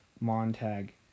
Montag